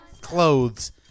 clothes